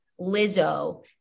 Lizzo